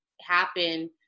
happen